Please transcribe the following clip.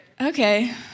okay